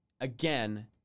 again